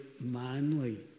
manly